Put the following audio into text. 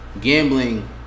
gambling